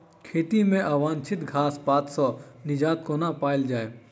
खेत मे अवांछित घास पात सऽ निजात कोना पाइल जाइ?